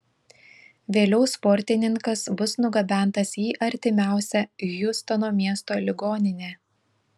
vėliau sportininkas bus nugabentas į artimiausią hjustono miesto ligoninę